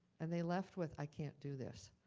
and they left with, i can't do this.